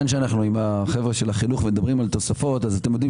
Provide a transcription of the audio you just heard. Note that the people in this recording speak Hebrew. כאן כשאנחנו עם החבר'ה של החינוך מדברים על תוספות אז אתם יודעים